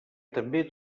també